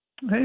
Hey